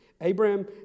Abram